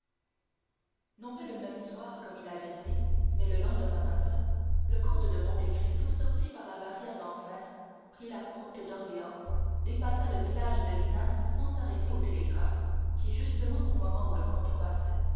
non pas le même soir comme il l'avait dit mais le lendemain matin le comte de monte cristo sortit par la barrière d'enfer prit la route d'orléans dépassa le village de linas sans s'arrêter au télégraphe qui justement au moment où le comte passait